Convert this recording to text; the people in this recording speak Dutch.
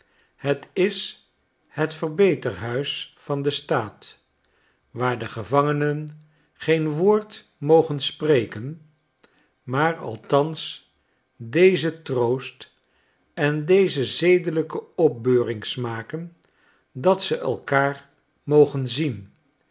het is het yerbeterhuis van den staat waar de gevangenen geen woord mogen spreken maar althans dezen troost en deze zedelijke opbeuring smaken dat ze elkaar mogen zien